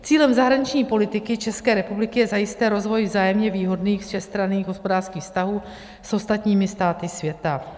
Cílem zahraniční politiky České republiky je zajisté rozvoj vzájemně výhodných všestranných hospodářských vztahů s ostatními státy světa.